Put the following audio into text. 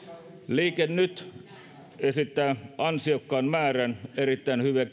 liike nyt esittää ansiokkaan määrän erittäin hyviä